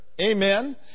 Amen